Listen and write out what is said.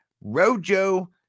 rojo